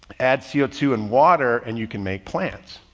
add c o two and water, and you can make plans.